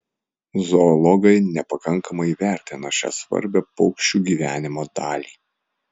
zoologai nepakankamai įvertino šią svarbią paukščių gyvenimo dalį